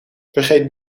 vergeet